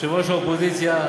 יושב-ראש האופוזיציה,